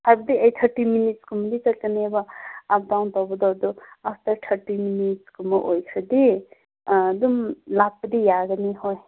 ꯍꯥꯏꯕꯗꯤ eight thirty minute ꯀꯨꯝꯕꯗꯤ ꯆꯠꯀꯅꯦꯕ ꯑꯞ ꯗꯥꯎꯟ ꯇꯧꯕꯗꯣ ꯑꯗꯨ ꯑꯥꯐꯇꯔ ꯊꯥꯔꯇꯤ ꯃꯤꯅꯤꯠ ꯀꯨꯝꯕ ꯑꯣꯏꯕꯈ꯭ꯔꯗꯤ ꯑꯗꯨꯝ ꯂꯥꯛꯄꯗꯤ ꯌꯥꯒꯅꯤ ꯍꯣꯏ